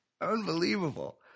Unbelievable